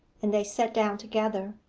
and they sat down together.